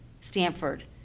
Stanford